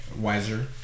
Wiser